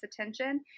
attention